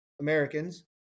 Americans